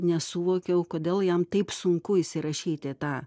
nesuvokiau kodėl jam taip sunku įsirašyt į tą